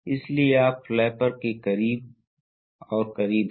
इसलिए रिट्रेक्शन और cap end से यह सीधे आता है और यह टैंक में जाएगा